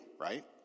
right